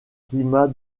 climat